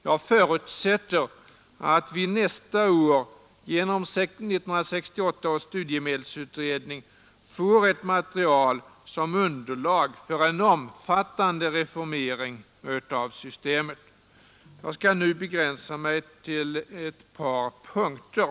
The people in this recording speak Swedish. Jag förutsätter att vi nästa år genom 1968 års 203 Onsdagen den 22 november 1972 — Punkter.